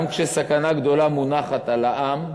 גם כשסכנה גדולה מונחת על העם,